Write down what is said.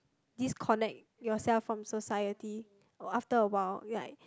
disconnect yourself from society or after a while like